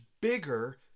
bigger